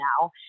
now